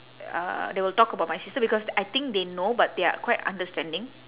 uh they will talk about my sister because I think they know but they are quite understanding